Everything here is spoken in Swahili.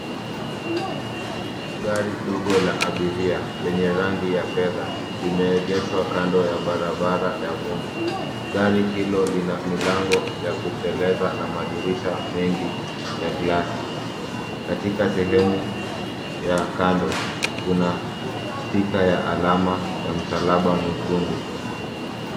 Gari ndogo la abiria lenye rangi ya fedha, limeegeshwa kando ya barabara ya vumbi. Gari hilo lina milango ya kuteleza na madirisha mengi ya glasi. Katika sehemu ya kando, kuna stika ya alama ya msalaba mweukundu.